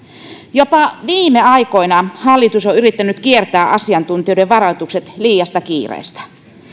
jopa viime aikoina hallitus on on yrittänyt kiertää asiantuntijoiden varoitukset liiasta kiireestä